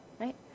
right